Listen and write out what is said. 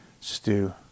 stew